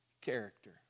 character